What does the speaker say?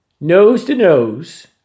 nose-to-nose